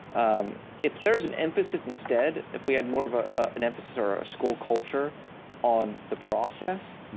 um if there is an emphasis instead, if we had more of ah an emphasis or a school culture on the process,